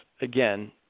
again